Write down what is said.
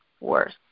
worse